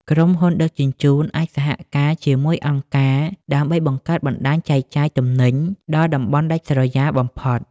ក្រុមហ៊ុនដឹកជញ្ជូនអាចសហការជាមួយអង្គការ ដើម្បីបង្កើតបណ្ដាញចែកចាយទំនិញដល់តំបន់ដាច់ស្រយាលបំផុត។